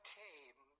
came